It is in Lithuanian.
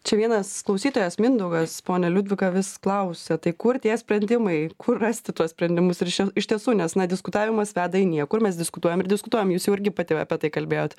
čia vienas klausytojas mindaugas ponia liudvika vis klausia tai kur tie sprendimai kur rasti tuos sprendimus ir iš tiesų nes na diskutavimas veda į niekur mes diskutuojam ir diskutuojam jūs jau irgi pati apie tai kalbėjot